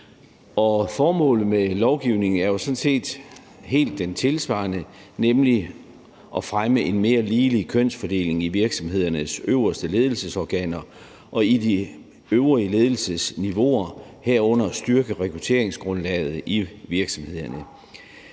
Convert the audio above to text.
Formålet med lovgivningen er jo sådan set det helt tilsvarende, nemlig at fremme en mere ligelig kønsfordeling i virksomhedernes øverste ledelsesorganer og på de øvrige ledelsesniveauer, herunder at styrke rekrutteringsgrundlaget til virksomhederne.